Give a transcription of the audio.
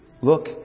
Look